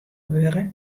wurde